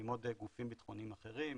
ועם עוד גופים ביטחוניים אחרים.